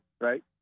right